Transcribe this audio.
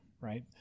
right